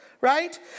Right